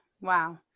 wow